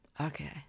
okay